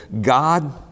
God